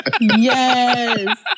Yes